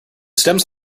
stems